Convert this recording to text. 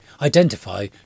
Identify